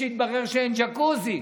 והתברר שאין ג'קוזי.